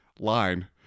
line